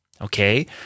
Okay